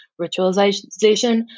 ritualization